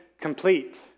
complete